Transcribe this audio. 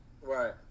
Right